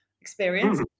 Experience